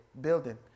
building